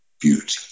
beauty